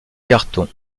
carton